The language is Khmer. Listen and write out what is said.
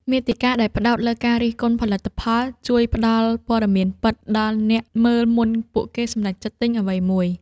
មាតិកាដែលផ្ដោតលើការរិះគន់ផលិតផល ជួយផ្តល់ព័ត៌មានពិតដល់អ្នកមើលមុនពេលពួកគេសម្រេចចិត្តទិញអ្វីមួយ។